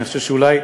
אני חושב שאולי,